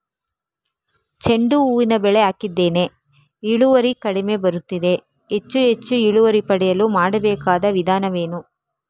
ಚೆಂಡು ಹೂವಿನ ಬೆಳೆ ಹಾಕಿದ್ದೇನೆ, ಇಳುವರಿ ಕಡಿಮೆ ಬರುತ್ತಿದೆ, ಹೆಚ್ಚು ಹೆಚ್ಚು ಇಳುವರಿ ಪಡೆಯಲು ಮಾಡಬೇಕಾದ ವಿಧಾನವೇನು?